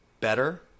better